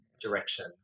direction